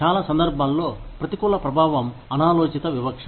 చాలా సందర్భాల్లో ప్రతికూల ప్రభావం అనాలోచిత వివక్ష